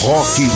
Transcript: Rock